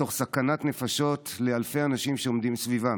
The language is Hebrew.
סכנת נפשות לאלפי אנשים שעומדים סביבם?